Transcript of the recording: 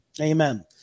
Amen